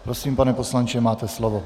Prosím, pane poslanče, máte slovo.